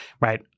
right